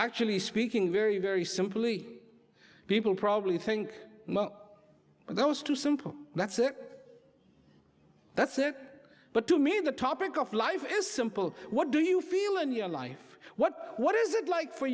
actually speaking very very simply people probably think those too simple that's it that's it but to me the topic of life is simple what do you feel in your life what what is it like for